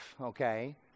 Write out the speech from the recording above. Okay